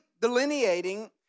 delineating